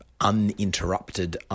uninterrupted